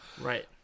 Right